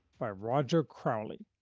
by roger crowley.